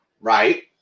right